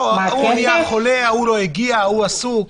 ההוא היה חולה, ההוא לא הגיע, ההוא עסוק.